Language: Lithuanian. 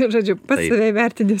žodžiu pats save įvertini